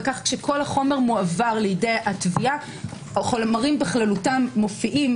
וכך כשכל החומר מועבר לידי התביעה החומרים בכללותם מופיעים